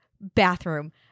bathroom